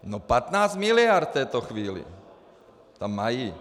No 15 miliard v této chvíli tam mají.